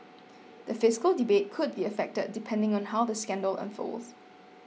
the fiscal debate could be affected depending on how the scandal unfolds